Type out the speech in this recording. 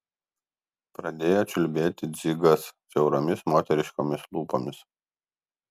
pradėjo čiulbėti dzigas siauromis moteriškomis lūpomis